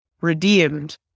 redeemed